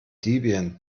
debian